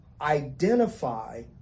identify